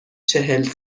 چهل